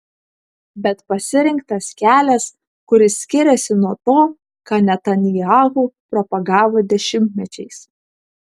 bet pasirinktas kelias kuris skiriasi nuo to ką netanyahu propagavo dešimtmečiais